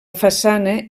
façana